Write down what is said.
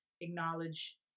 acknowledge